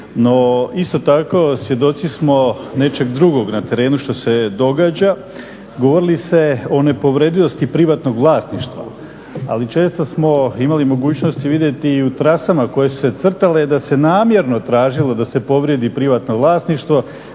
isto tako svjedoci smo nečeg drugog na terenu što se događa. Govorili ste o nepovredivosti privatnog vlasništva ali često smo imali mogućnosti vidjeti i u trasama koje su se crtale da se namjerno tražilo da se povrijedi privatno vlasništvo